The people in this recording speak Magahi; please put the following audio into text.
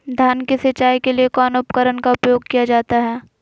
धान की सिंचाई के लिए कौन उपकरण का उपयोग किया जाता है?